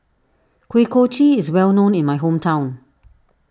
Kuih Kochi is well known in my hometown